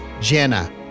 Jenna